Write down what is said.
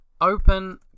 Open